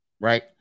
right